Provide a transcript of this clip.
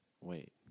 Wait